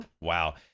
Wow